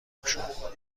گشود